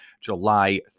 July